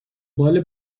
بال